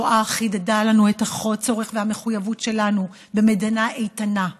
השואה חידדה לנו את הצורך ואת המחויבות שלנו במדינה איתנה,